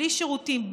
בלי שירותים,